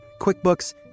QuickBooks